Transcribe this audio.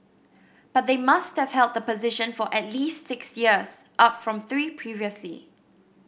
but they must have held the position for at least six years up from three previously